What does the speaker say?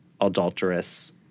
adulterous